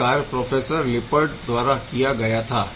यह कार्य professor Lippard द्वारा किया गया था